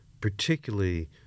particularly